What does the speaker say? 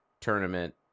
tournament